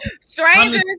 Strangers